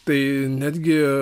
tai netgi